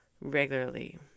regularly